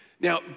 Now